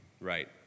right